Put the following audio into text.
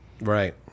Right